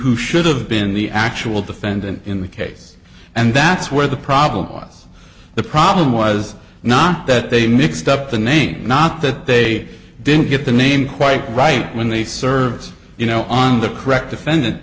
who should have been the actual defendant in the case and that's where the problem was the problem was not that they mixed up the name not that they didn't get the name quite right when they served you know on the correct defendant